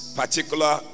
particular